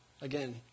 Again